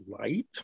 light